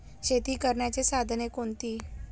शेती करण्याची साधने कोणती?